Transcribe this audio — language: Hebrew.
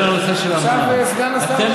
זה לנושא של המע"מ, עכשיו סגן השר משיב.